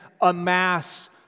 amass